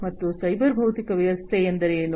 ಮತ್ತು ಸೈಬರ್ ಭೌತಿಕ ವ್ಯವಸ್ಥೆ ಎಂದರೇನು